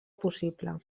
possible